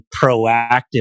proactive